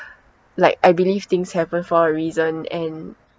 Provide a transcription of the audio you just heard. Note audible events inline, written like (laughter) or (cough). (breath) like I believe things happen for a reason and